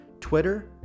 Twitter